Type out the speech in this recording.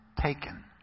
taken